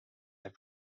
jääb